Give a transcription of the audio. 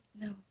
no